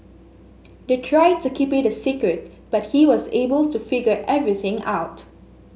they tried to keep it a secret but he was able to figure everything out